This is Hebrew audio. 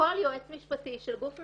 כל יועץ משפטי של גוף מפרסם,